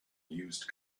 used